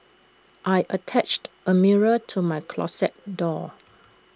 I attached A mirror to my closet door